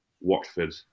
Watford